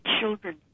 children